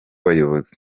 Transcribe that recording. bayobozi